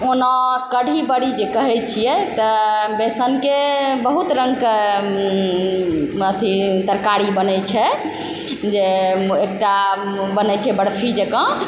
कढ़ी बड़ी जे कहै छियै तऽ बेसनके बहुत रङ्गके अथी तरकारी बनै छै जे एकटा बनै छै बर्फी जकाँ